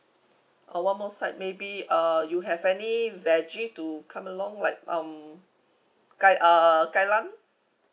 uh one more side maybe uh you have any vege to come along like um kai uh kai lan